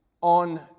on